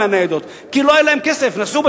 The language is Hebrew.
כשר תחבורה,